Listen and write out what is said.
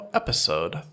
episode